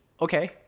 okay